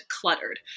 cluttered